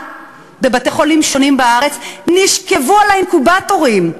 בבתי-חולים שונים בארץ נשכבו על האינקובטורים.